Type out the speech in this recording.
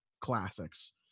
classics